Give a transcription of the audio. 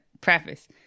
preface